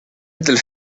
dels